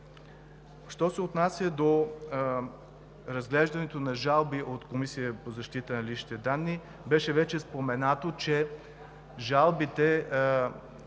Що се отнася до разглеждането на жалби от Комисията за защита на личните данни, вече беше споменато, че жалбите